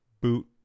boot